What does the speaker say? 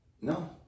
No